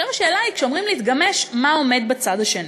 השאלה היא, כשאומרים להתגמש, מה עומד בצד השני?